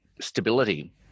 stability